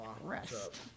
Rest